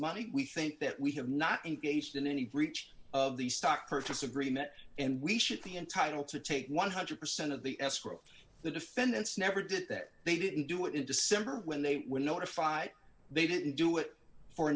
money we think that we have not engaged in any breach of the stock purchase agreement and we should be entitled to take one hundred percent of the escrow the defendants never did that they didn't do it in december when they were notified they didn't do it for